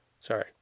Sorry